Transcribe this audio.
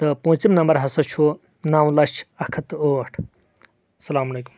تہٕ پونژِم نمبر ہسا چھُ نو لچھ اکھتھ تہٕ ٲٹھ السلام علیکم